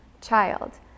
child